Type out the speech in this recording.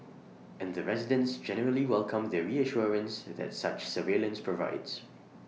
and the residents generally welcome the reassurance that such surveillance provides